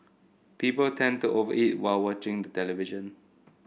people tend to over eat while watching the television